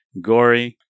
gory